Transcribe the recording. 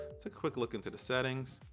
it's a quick look into the settings,